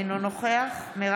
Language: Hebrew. אינו נוכח דוד ביטן,